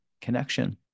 connection